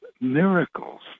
miracles